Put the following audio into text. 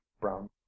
brown